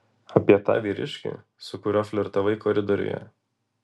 apie tą vyriškį su kuriuo flirtavai koridoriuje